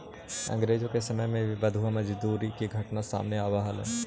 अंग्रेज के समय में भी बंधुआ मजदूरी के घटना सामने आवऽ हलइ